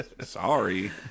sorry